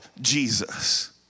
Jesus